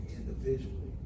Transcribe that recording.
individually